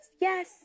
Yes